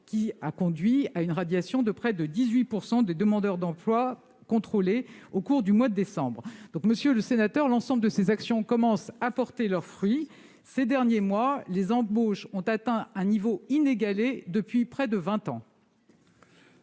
qui a conduit à une radiation de près de 18 % des demandeurs d'emploi contrôlés au cours du mois de décembre. Monsieur le sénateur, l'ensemble de ces actions commencent à porter leurs fruits. Ces derniers mois, les embauches ont atteint un niveau inégalé depuis près de vingt ans.